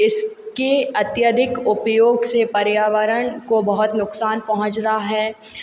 इसके अत्यधिक उपयोग से पर्यावरण को बहुत नुकसान पहुॅंच रहा है